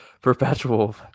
perpetual